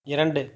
இரண்டு